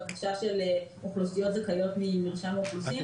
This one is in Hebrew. בקשה של אוכלוסיות זכאיות ממרשם האוכלוסין.